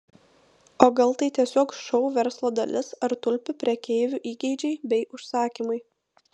o gal tai tiesiog šou verslo dalis ar tulpių prekeivių įgeidžiai bei užsakymai